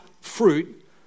fruit